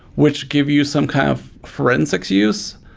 which give you some kind of forensics use.